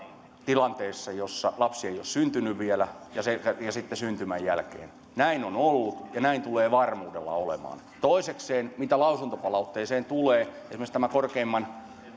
tilanteessa jossa lapsi ei ole syntynyt vielä ja sitten syntymän jälkeen näin on ollut ja näin tulee varmuudella olemaan toisekseen mitä lausuntopalautteeseen tulee myös tämä korkeimman hallinto